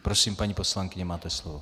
Prosím, paní poslankyně, máte slovo.